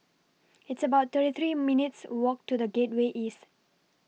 It's about thirty three minutes Walk to The Gateway East